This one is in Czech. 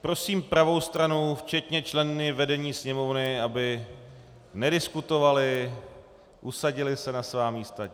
Prosím pravou stranu včetně členů vedení Sněmovny, aby nediskutovali, usadili se na svá místa.